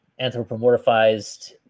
anthropomorphized